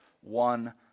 one